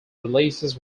releases